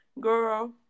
Girl